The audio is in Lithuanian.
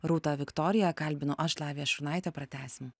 rūta viktorija kalbinu aš lavija šurnaitė pratęsim